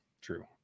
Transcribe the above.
True